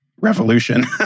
revolution